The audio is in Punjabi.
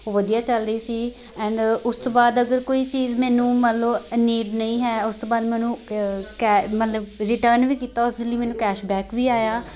ਵਧੀਆ ਚੱਲ ਰਹੀ ਸੀ ਐਂਡ ਉਸ ਤੋਂ ਬਾਅਦ ਅਗਰ ਕੋਈ ਚੀਜ਼ ਮੈਨੂੰ ਮੰਨ ਲਓ ਨੀਡ ਹੈ ਉਸ ਤੋਂ ਬਾਅਦ ਮੈਂ ਉਹਨੂੰ ਕੈ ਮਤਲਬ ਰਿਟਰਨ ਵੀ ਕੀਤਾ ਉਸ ਦੇ ਲਈ ਮੈਨੂੰ ਕੈਸ਼ ਬੈਕ ਵੀ ਆਇਆ